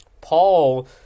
Paul